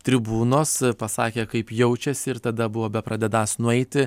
tribūnos pasakė kaip jaučiasi ir tada buvo bepradedąs nueiti